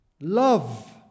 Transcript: Love